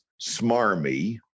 smarmy